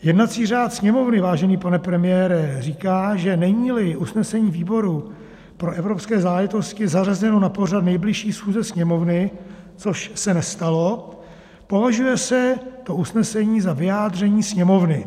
Jednací řád Sněmovny, vážený pane premiére, říká, že neníli usnesení výboru pro evropské záležitosti zařazeno na pořad nejbližší schůze Sněmovny, což se nestalo, považuje se to usnesení za vyjádření Sněmovny.